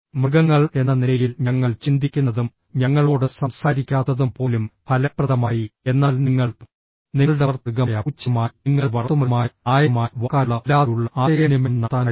മൃഗങ്ങൾ എന്ന നിലയിൽ ഞങ്ങൾ ചിന്തിക്കുന്നതും ഞങ്ങളോട് സംസാരിക്കാത്തതും പോലും ഫലപ്രദമായി എന്നാൽ നിങ്ങൾ നിങ്ങളുടെ വളർത്തുമൃഗമായ പൂച്ചയുമായി നിങ്ങളുടെ വളർത്തുമൃഗമായ നായയുമായി വാക്കാലുള്ള അല്ലാതെയുള്ള ആശയവിനിമയം നടത്താൻ കഴിയും